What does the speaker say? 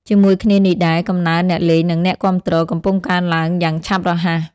ជាមួយគ្នានេះដែរ កំណើនអ្នកលេង និងអ្នកគាំទ្រ កំពុងកើនឡើងយ៉ាងឆាប់រហ័ស។